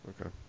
Okay